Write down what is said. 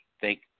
thank